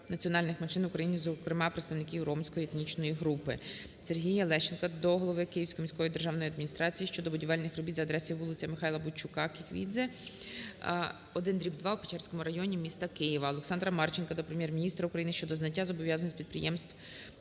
національних меншин в Україні, зокрема представниківромської етнічної групи. Сергія Лещенка до голови Київської міської державної адміністрації щодо будівельних робіт за адресою вулиця Михайла Бойчука (Кіквідзе), 1/2 у Печерському районі міста Києва. Олександра Марченка до Прем'єр-міністра України щодо зняття зобов'язань з підприємців